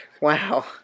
wow